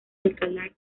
alcalá